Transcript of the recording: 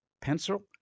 pencil